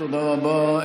תודה רבה.